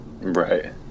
Right